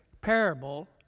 parable